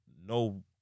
no